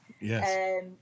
Yes